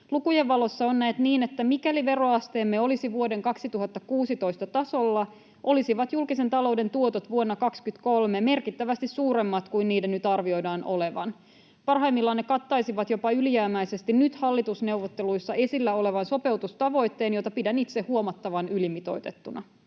Lukujen valossa on näet niin, että mikäli veroasteemme olisi vuoden 2016 tasolla, olisivat julkisen talouden tuotot vuonna 23 merkittävästi suuremmat kuin niiden nyt arvioidaan olevan. Parhaimmillaan ne kattaisivat jopa ylijäämäisesti nyt hallitusneuvotteluissa esillä olevan sopeutustavoitteen, jota pidän itse huomattavan ylimitoitettuna.